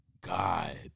God